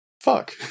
Fuck